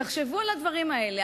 תחשבו על הדברים האלה.